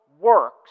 works